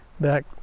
back